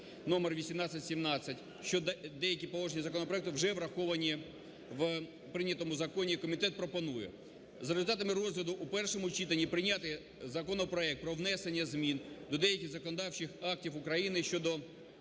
номер 1817, деякі положення законопроекту вже враховані в прийнятому законі. Комітет пропонує, за результатами розгляду у першому читанні, прийняти законопроект про внесення змін до деяких законодавчих актів України щодо